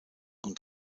und